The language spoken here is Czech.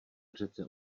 řece